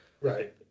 Right